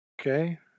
Okay